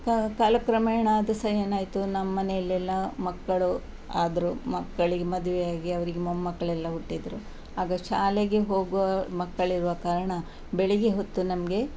ಕ ಕಾಲಕ್ರಮೇಣ ಅದೂ ಸಹ ಏನಾಯಿತು ನಮ್ಮ ಮನೆಯಲ್ಲೆಲ್ಲ ಮಕ್ಕಳು ಆದರು ಮಕ್ಕಳಿಗೆ ಮದುವೆಯಾಗಿ ಅವ್ರಿಗೆ ಮೊಮ್ಮಕ್ಕಳೆಲ್ಲ ಹುಟ್ಟಿದರು ಆಗ ಶಾಲೆಗೆ ಹೋಗುವ ಮಕ್ಕಳಿರುವ ಕಾರಣ ಬೆಳಿಗ್ಗೆ ಹೊತ್ತು ನಮಗೆ